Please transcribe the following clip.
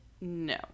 No